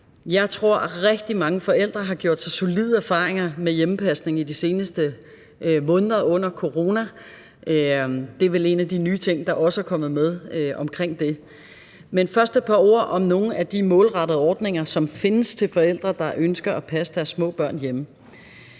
Jeg tror, at rigtig mange forældre har gjort sig solide erfaringer med hjemmepasning i de seneste måneder under coronaen – det er vel en af de nye ting, der også er kommet med omkring det – men først er der et par ord om nogle af de målrettede ordninger, som findes til forældre, der ønsker at passe deres små børn hjemme.